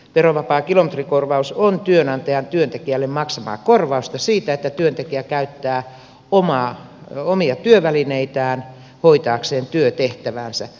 verovapaa kilometrikorvaus on työnantajan työntekijälle maksamaa korvausta siitä että työntekijä käyttää omia työvälineitään hoitaakseen työtehtäväänsä